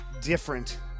different